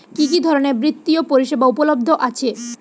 কি কি ধরনের বৃত্তিয় পরিসেবা উপলব্ধ আছে?